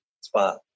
spot